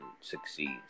succeeds